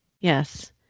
Yes